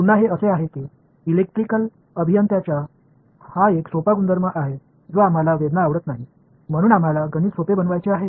पुन्हा हे असे आहे की इलेक्ट्रिकल अभियंत्यांचा हा एक सोपा गुणधर्म आहे जो आम्हाला वेदना आवडत नाही म्हणून आम्हाला गणित सोपे बनवायचे आहे